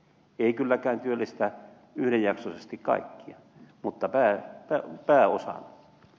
ei kylläkään työllistä yhdenjaksoisesti kaikkia mutta pääosan